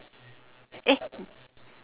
eh